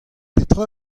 petra